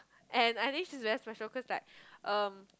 and I think she's very special cause like um